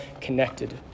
connected